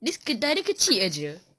this kita hari kecil saja